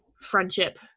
friendship